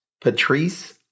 Patrice